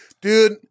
Dude